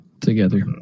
together